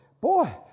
boy